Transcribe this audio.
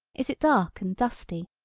is it dark and dusty,